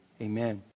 Amen